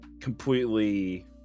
completely